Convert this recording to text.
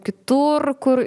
kitur kur